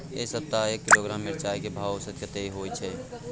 ऐ सप्ताह एक किलोग्राम मिर्चाय के भाव औसत कतेक होय छै?